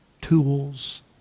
tools